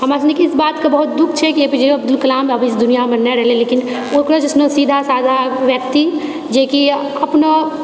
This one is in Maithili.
हमरा सुनिके इस बातके बहुत दुःख छै कि A P J Abdul Kalam आब इस दुनियामे नै रहलै लेकिन ओकरा जैसनो सीधा साधा व्यक्ति जे कि अपना